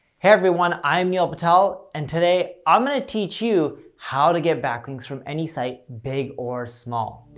hey everyone, i'm neil patel and today i'm going to teach you how to get backlinks from any site, big or small.